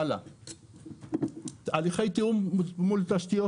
הליכי תיאום תשתיות